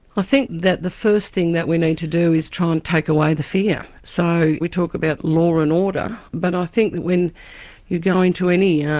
i think that the first thing that we need to do is try and take away the fear, so we talk about law and order but i think when you go into any, yeah